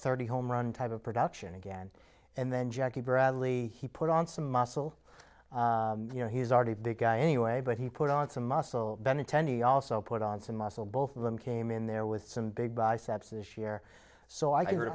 thirty home run type of production again and then jackie bradley he put on some muscle you know he's already big guy anyway but he put on some muscle ben attendee also put on some muscle both of them came in there with some big biceps this year so i